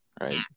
Right